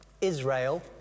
Israel